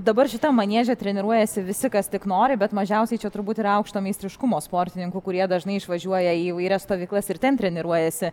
dabar šitam manieže treniruojasi visi kas tik nori bet mažiausiai čia turbūt yra aukšto meistriškumo sportininkų kurie dažnai išvažiuoja į įvairias stovyklas ir ten treniruojasi